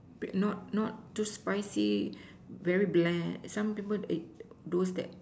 not not too spicy very blend some people ate those that